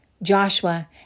Joshua